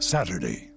Saturday